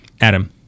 adam